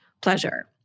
pleasure